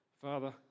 Father